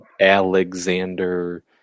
Alexander